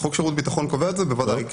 חוק שירות ביטחון קובע את זה, בוודאי.